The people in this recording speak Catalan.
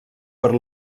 per